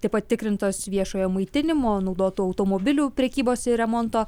taip pat tikrintos viešojo maitinimo naudotų automobilių prekybos ir remonto